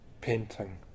painting